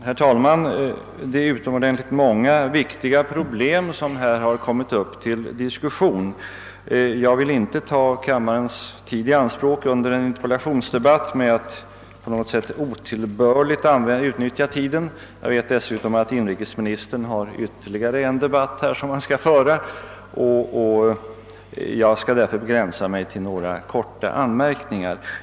Herr talman! Det är utomordentligt viktiga problem som här kommit upp till diskussion. Jag vill emellertid inte på något sätt otillbörligt ta kammarens tid i anspråk under en interpellationsdebatt, och jag vet dessutom att inrikesministern har ytterligare en debatt att föra. Därför skall jag begränsa mig till några korta anmärkningar.